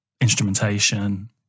instrumentation